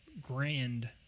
grand